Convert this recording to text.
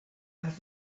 asked